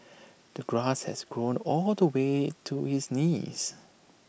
the grass has grown all the way to his knees